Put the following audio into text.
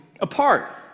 apart